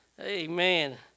Amen